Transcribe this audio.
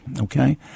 okay